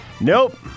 nope